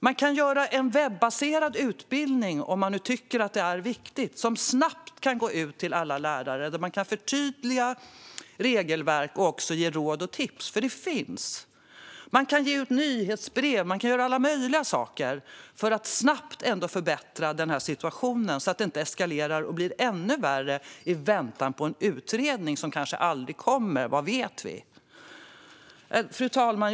Om man tycker att det här är viktigt kan man göra en webbaserad utbildning som snabbt kan gå ut till alla lärare. I en sådan kan man förtydliga regelverk och också ge råd och tips, för sådana finns. Man kan även ge ut nyhetsbrev och göra alla möjliga saker för att snabbt förbättra situationen, så att den inte eskalerar och blir ännu värre i väntan på en utredning som kanske aldrig kommer - vad vet vi? Fru talman!